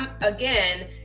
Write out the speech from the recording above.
again